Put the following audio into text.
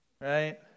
right